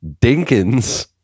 Dinkins